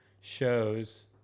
shows